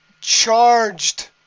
charged